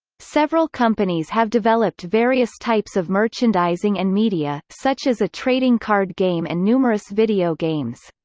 several companies have developed various types of merchandising and media, such as a trading card game and numerous video games.